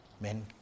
Men